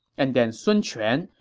and then sun quan,